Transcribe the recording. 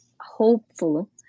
hopeful